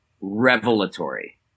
Revelatory